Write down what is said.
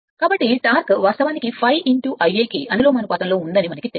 కాబట్టి టార్క్ వాస్తవానికి ∅ ∅కు అనులోమానుపాతంలో ఉందని మనకు తెలుసు